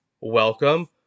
welcome